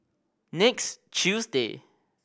next Tuesday